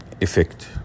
effect